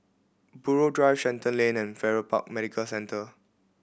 Buroh Drive Shenton Lane and Farrer Park Medical Centre